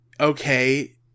okay